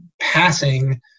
passing